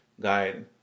guide